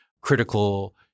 critical